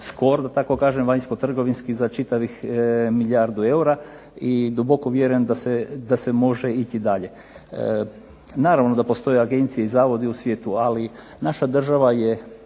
... da tako kažem vanjskotrgovinski za čitavih milijardu eura. I duboko vjerujem da se može ići dalje. Naravno da postoje agencije i zavodi u svijetu, ali naša država je